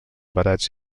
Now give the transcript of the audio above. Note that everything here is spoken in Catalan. barats